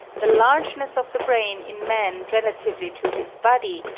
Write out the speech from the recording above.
the largeness of the brain in man relatively to his body,